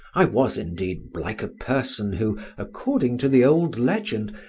i was, indeed, like a person who, according to the old legend,